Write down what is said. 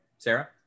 Sarah